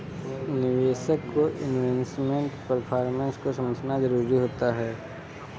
निवेशक को investment performance को समझना जरुरी होता है